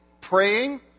praying